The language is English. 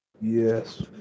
Yes